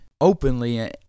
openly